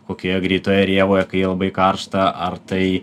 kokioje greitoje rėvoje kai jai labai karšta ar tai